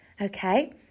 Okay